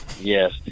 Yes